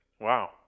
wow